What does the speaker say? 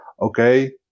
okay